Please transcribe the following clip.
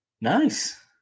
Nice